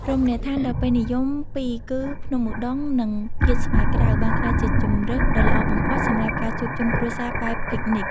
រមណីយដ្ឋានដ៏ពេញនិយមពីរគឺ ភ្នំឧដុង្គ និង កៀនស្វាយក្រៅ បានក្លាយជាជម្រើសដ៏ល្អបំផុតសម្រាប់ការជួបជុំគ្រួសារបែបពិកនិច។